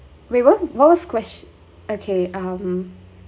we where where's question okay um